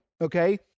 okay